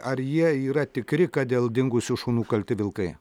ar jie yra tikri kad dėl dingusių šunų kalti vilkai